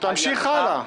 תמשיך הלאה.